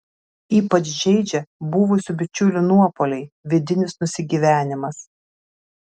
ypač žeidžia buvusių bičiulių nuopuoliai vidinis nusigyvenimas